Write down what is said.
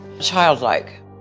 childlike